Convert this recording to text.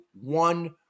one